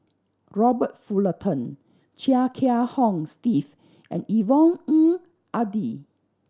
Robert Fullerton Chia Kiah Hong Steve and Yvonne Ng Uhde